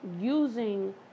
using